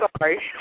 Sorry